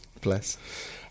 Bless